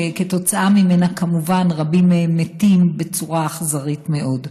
שכתוצאה ממנה כמובן רבים מהם מתים בצורה אכזרית מאוד.